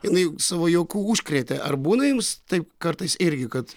jinai savo juoku užkrėtė ar būna jums taip kartais irgi kad